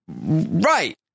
right